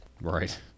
Right